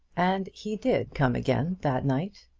and he did come again that night.